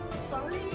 sorry